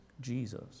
Jesus